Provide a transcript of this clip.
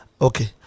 Okay